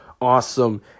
awesome